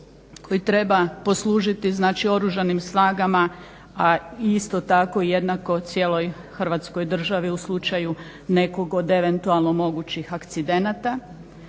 koji treba poslužiti znači Oružanim snagama, a isto tako jednako cijeloj Hrvatskoj državi u slučaju nekog od eventualno mogućih akcidenata.